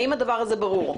האם הדבר הזה ברור?